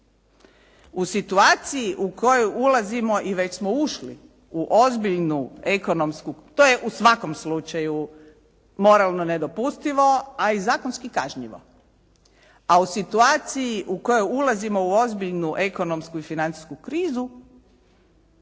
U situaciji u koju ulazimo i već smo ušli u ozbiljnu ekonomsku, to je u